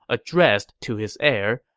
addressed to his heir,